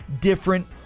different